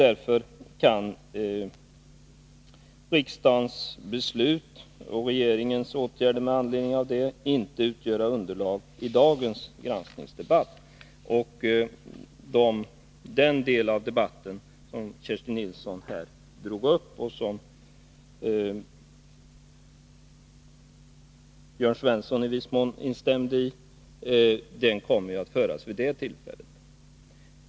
Därför kan riksdagens beslut och regeringens åtgärder med anledning av det beslutet inte utgöra underlag i dagens granskningsdebatt. Den debatt som Kerstin Nilsson här drog upp — och där Jörn Svensson delvis instämde i hennes synpunkter — kommer alltså att föras vid det tillfället.